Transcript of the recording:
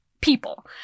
people